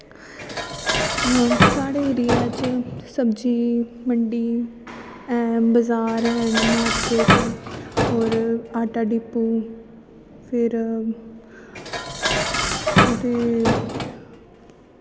साढ़े एरिया च सब्जी मंडी बजार हैन मार्किट होर आटा डिप्पो फिर ते